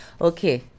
Okay